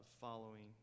following